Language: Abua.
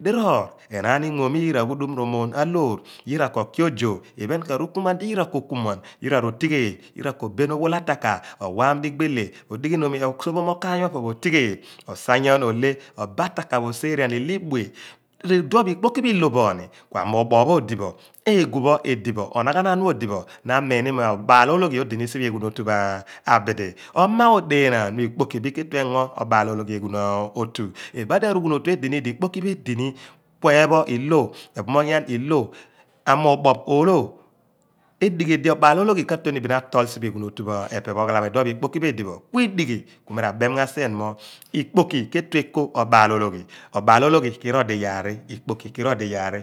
diroor enaan inmoom iyira ghudum roomoon a loor yira ko ki ojoo iphen ku arukumuuan diyira kokumuan yira rotigheel yira kobeen owhole a taka owaam digbele osophom okaiay pho popho otigheel osanyoon oleh osa ataka pho oba osierian iloibue. Iduon pho ikpoki pho ilobo kua muubuupho odi bo eeghupho edibo obna ghanaan odibo na ka mini mo obaal ologhi odini pa eghuun otu pho abidi. Oma odeenaan mo ikpoki bin ketue engo obaalologhi eghuun otu ibadi badi arughuun otu edini di ikpoki pho edini kueepho ilo ephomoghian ilo amuubooph oloh edighi di obaal ologhi katue ni bin a tool siphe eghun otu pho epe pho ghalamo iduo pho ikpoki pho edi booni. Kuidighi ju ki rameemghan sien mo ikpoki ketue eko obaal ologhi iyaar. Obaal ologhi kiro edo iyaar ikpoki kiro edo